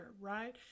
right